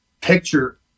picture